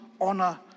honor